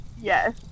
Yes